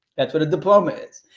that's what a diploma is.